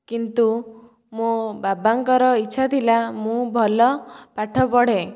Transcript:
କିନ୍ତୁ ମୋ ବାବାଙ୍କର ଇଚ୍ଛା ଥିଲା ମୁଁ ଭଲ ପାଠ ପଢେ